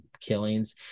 killings